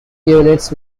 units